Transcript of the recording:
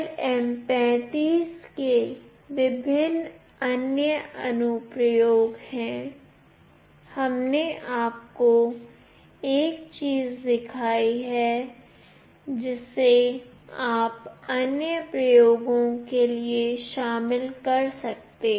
LM35 के विभिन्न अन्य अनुप्रयोग हैं हमने आपको एक चीज दिखाई है जिसे आप अन्य प्रयोगों के लिए शामिल कर सकते हैं